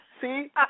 see